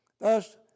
Thus